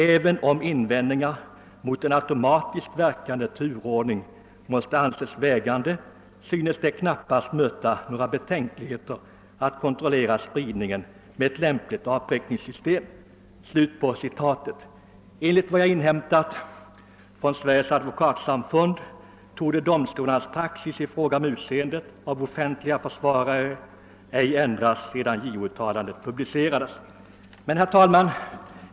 Även om invändningarna mot en automatiskt verkande turordning måste anses vägande synes det knappast möta några betänkligheter att kontrollera spridningen med ett lämpligt avprickningssystem.» Enligt vad jag inhämtat från Sveriges advokatsamfund torde domstolarnas praxis i fråga om utseende av offentliga försvarare ej ha ändrats sedan JO uttalandet publicerades.